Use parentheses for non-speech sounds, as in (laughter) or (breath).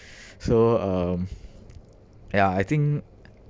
(breath) so um ya I think